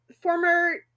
Former